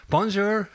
Bonjour